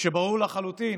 כשברור לחלוטין